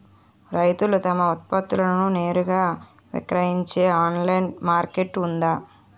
రైతులు తమ ఉత్పత్తులను నేరుగా విక్రయించే ఆన్లైన్ మార్కెట్ ఉందా?